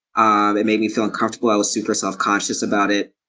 um it made me feel uncomfortable, i was super self-conscious about it.